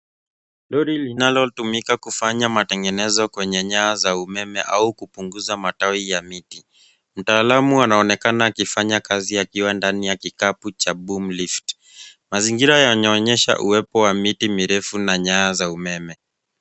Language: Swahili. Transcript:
Lori linalotumika kufanya matengenezo kwenye nyaya za umeme au kupunguza matawi ya miti. Mtaalamu anaonekana akifanya kazi akiwa ndani ya kikapu cha boom lift . Mazingira yanaonyesha uwepo wa miti mirefu na nyaya za umeme.